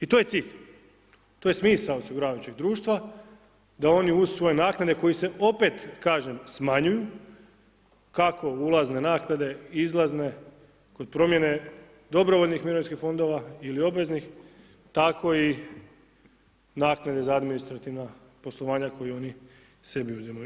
I to je cilj, to je smisao osiguravajućeg društva, da oni usvoje naknade koji se opet, kažem smanjuju, kako ulazne naknade, izlazne, kod promjene dobrovoljnih mirovinskih fondova ili obveznih tako i naknade za administrativna poslovanja koji oni sebi uzimaju.